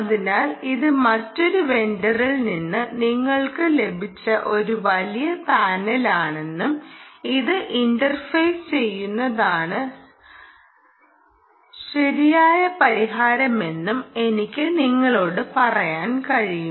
അതിനാൽ ഇത് മറ്റൊരു വെണ്ടറിൽ നിന്ന് ഞങ്ങൾക്ക് ലഭിച്ച ഒരു വലിയ പാനലാണെന്നും ഇത് ഇന്റർഫേസ് ചെയ്യുന്നതാണ് ശരിയായ പരിഹാരമെന്നും എനിക്ക് നിങ്ങളോട് പറയാൻ കഴിയും